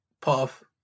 Puff